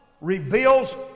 reveals